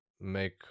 make